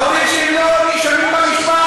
הורים שהם לא נאשמים במשפט,